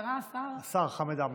השר חמד עמאר.